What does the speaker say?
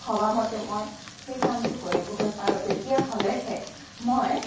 ভৱা মতে মই সেই কামটো কৰিবগৈ পাৰোঁ তেতিয়াহ'লেহে মই